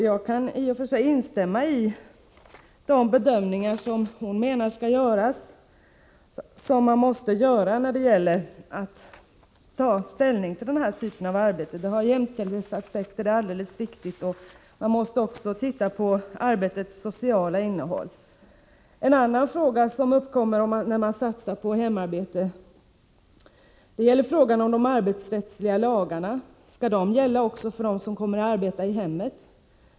Jag kan i och för sig instämma i hennes synpunkter på vilka bedömningar som måste göras när man skall ta ställning till hemarbete vid dataterminaler. Hon nämner jämställdhetsaspekten, och det är alldeles riktigt. Man måste också titta på En annan fråga som uppkommer när man satsar på hemarbete vid terminaler gäller de arbetsrättsliga lagarna. Skall de gälla också för dem som kommer att arbeta i hemmet?